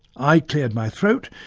i cleared my throat,